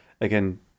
again